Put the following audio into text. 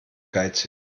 geizig